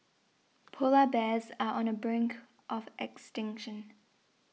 Polar Bears are on the brink of extinction